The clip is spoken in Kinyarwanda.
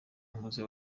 mpuze